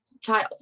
child